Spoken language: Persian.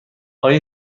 آیا